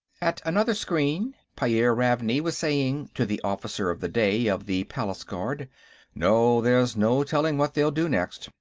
at another screen, pyairr ravney was saying, to the officer of the day of the palace guard no, there's no telling what they'll do next.